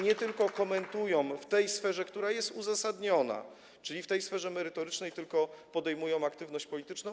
nie tylko komentują w tej sferze, która jest uzasadniona, czyli w sferze merytorycznej, ale podejmują aktywność polityczną.